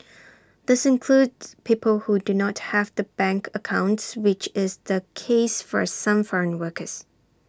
these includes people who do not have the bank accounts which is the case for some foreign workers